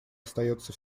остается